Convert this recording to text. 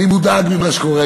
אני מודאג ממה שקורה.